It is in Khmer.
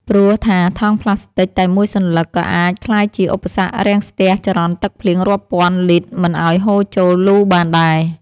ព្រោះថាថង់ប្លាស្ទិកតែមួយសន្លឹក ក៏អាចក្លាយជាឧបសគ្គរាំងស្ទះចរន្តទឹកភ្លៀងរាប់ពាន់លីត្រមិនឱ្យហូរចូលលូបានដែរ។